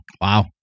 Wow